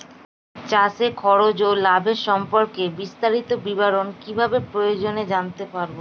চাষে খরচ ও লাভের সম্পর্কে বিস্তারিত বিবরণ কিভাবে জানতে পারব?